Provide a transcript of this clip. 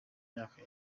myaka